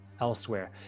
elsewhere